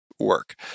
Work